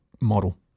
model